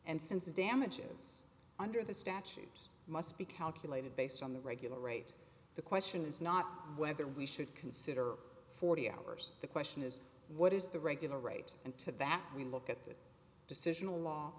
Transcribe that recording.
and since the damages under the statute must be calculated based on the regular rate the question is not whether we should consider forty hours the question is what is the regular rate and to that we look at the decisional law